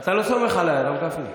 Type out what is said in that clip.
אתה לא סומך עליי, הרב גפני?